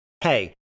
hey